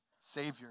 Savior